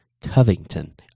Covington